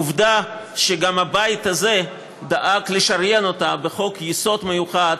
עובדה שגם הבית הזה דאג לשריין אותה בחוק-יסוד מיוחד,